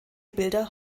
bilder